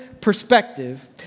perspective